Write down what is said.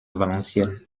valenciennes